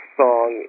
song